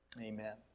Amen